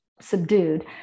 subdued